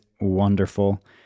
wonderful